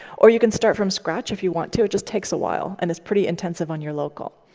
or you can start from scratch, if you want to. it just takes a while, and it's pretty intensive on your local.